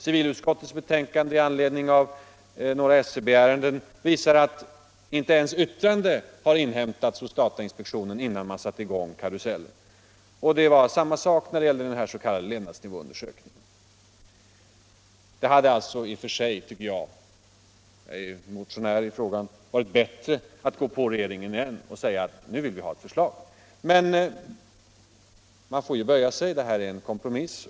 Civilutskottets betänkande med anledning av några SCB-ärenden ger vid handen att inte ens något yttrande har inhämtats från datainspektionen, innan karusellen sattes i gång. Detsamma gäller den s.k. levnadsnivåundersökningen. I och för sig — jag är motionär i ärendet — hade det varit bättre att gå till regeringen och kräva ett förslag. Men man får böja sig. Detta förslag är en kompromiss.